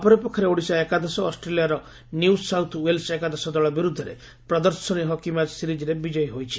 ଅପରପକ୍ଷରେ ଓଡିଶା ଏକାଦଶ ଅଷ୍ଟ୍ରେଲିଆର ନ୍ୟୁ ସାଉଥ୍ ଓ୍ୱେଲ୍ସ ଏକାଦଶ ଦଳ ବିରୁଦ୍ଧରେ ପ୍ରଦର୍ଶନୀ ହକି ମ୍ୟାଚ ସିରିଜ୍ରେ ବିଜୟୀ ହୋଇଛି